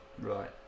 right